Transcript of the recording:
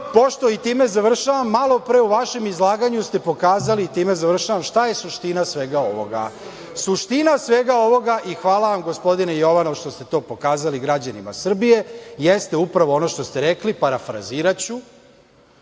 ste, i time završavam, malopre u vašem izlaganju pokazali šta je suština svega ovoga. Suština svega ovoga i hvala vam, gospodine Jovanov, što ste to pokazali građanima Srbije jeste upravo ono što ste rekli, parafraziraću